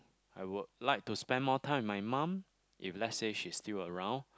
I would like to spend more time my mom if let's say she's still around